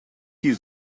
use